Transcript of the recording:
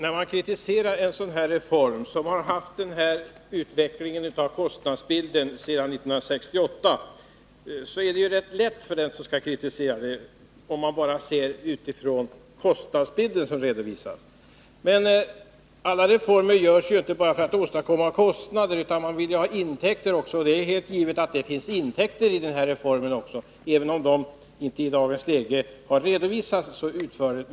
Fru talman! Om man ser till den redovisade kostnadsbilden, är det givetvis lätt att kritisera en sådan här reform, som har haft denna utveckling av kostnadsbilden sedan 1968. Men alla reformer görs inte för att åstadkomma kostnader, utan man vill också ha intäkter. Det är helt givet att denna reform också åstadkommer intäkter, även om det inte i dagens läge har redovisats så utförligt.